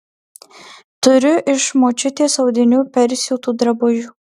turiu iš močiutės audinių persiūtų drabužių